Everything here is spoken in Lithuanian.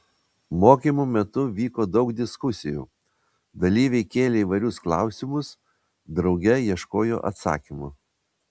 mokymų metu vyko daug diskusijų dalyviai kėlė įvairius klausimus drauge ieškojo atsakymų